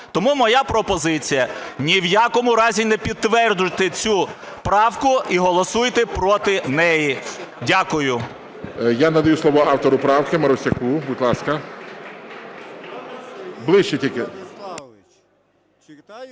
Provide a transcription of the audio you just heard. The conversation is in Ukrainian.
Тому моя пропозиція ні в якому разі не підтверджувати цю правку і голосуйте проти неї. Дякую.